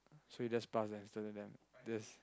so you just pass them this